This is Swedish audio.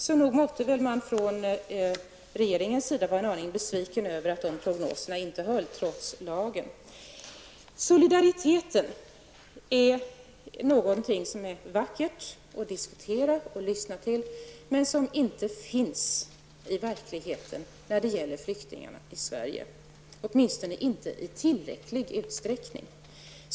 Så nog måtte man från regeringens sida vara en aning besviken över att dessa prognoser inte höll trots lagen. Solidaritet är något som är vackert att diskutera och att lyssna till men som inte finns i verkligheten när det gäller flyktingarna i Sverige, åtminstone inte i tillräcklig utsträckning.